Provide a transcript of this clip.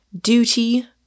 duty